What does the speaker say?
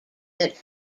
that